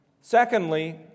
Secondly